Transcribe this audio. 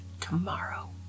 tomorrow